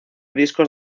discos